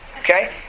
Okay